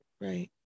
Right